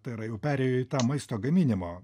tai yra jau perėjo į tą maisto gaminimo